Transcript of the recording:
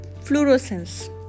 fluorescence